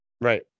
right